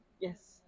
Yes